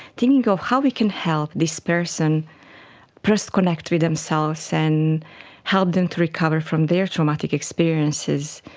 thinking of how we can help this person first connect with themselves and help them to recover from their traumatic experiences,